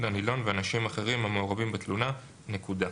הנילון ואנשים אחראים המעורבים בתלונה." נקודה.